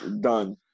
done